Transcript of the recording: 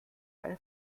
eine